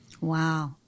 Wow